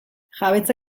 jabetza